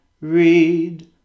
read